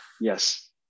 Yes